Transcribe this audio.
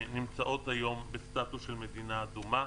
נמצאות היום בסטטוס של מדינה אדומה.